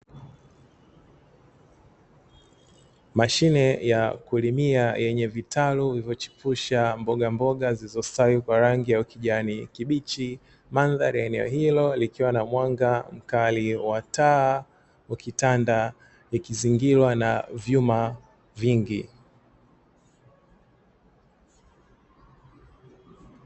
Mashine ya kulimia yenye vitalu ulivyochipusha mboga mboga zilizostawi kwa rangi ya kijani kibichi, mandhari ya eneo hilo likiwa na mwanga mkali wa taa ukitanda ikizingirwa na vyuma vingi.